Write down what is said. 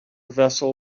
vessel